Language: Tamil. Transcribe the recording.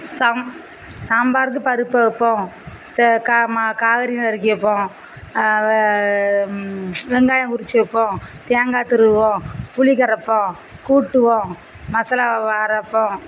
சாம் சாம்பாருக்கு பருப்பு வைப்போம் தே கா மா காய்கறி நறுக்கி வைப்போம் ம வெங்காயம் உரித்து வைப்போம் தேங்காய் திருவுவோம் புளி கரைப்போம் கூட்டுவோம் மசாலாவை அரைப்போம்